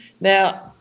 Now